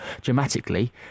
dramatically